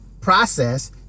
process